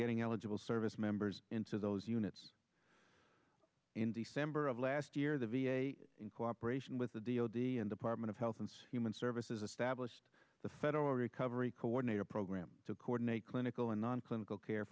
getting eligible service members into those units in december of last year the v a in cooperation with the d o d and department of health and human services established the federal recovery coordinator program to coordinate clinical and non clinical care